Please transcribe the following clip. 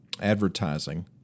advertising